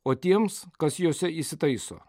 o tiems kas jose įsitaiso